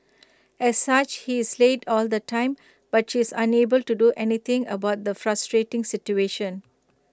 as such he is late all the time but she is unable to do anything about the frustrating situation